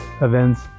events